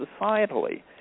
societally